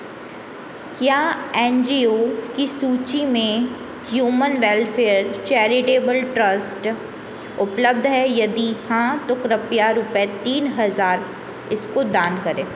क्या N G O की सूची में ह्यूमन वेलफेयर चैरिटेबल ट्रस्ट उपलब्ध है यदि हाँ तो कृपया रूपए तीन हज़ार इसको दान करें